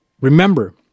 Remember